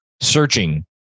searching